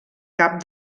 cap